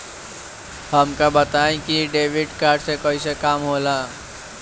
हमका बताई कि डेबिट कार्ड से कईसे काम होला?